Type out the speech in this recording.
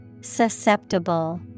Susceptible